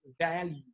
value